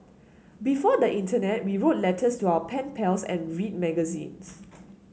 before the internet we wrote letters to our pen pals and read magazines